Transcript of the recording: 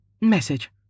Message